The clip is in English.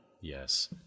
Yes